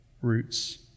roots